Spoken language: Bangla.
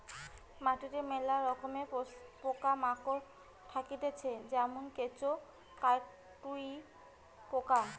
মাটিতে মেলা রকমের পোকা মাকড় থাকতিছে যেমন কেঁচো, কাটুই পোকা